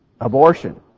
abortion